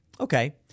Okay